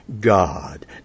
God